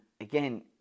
again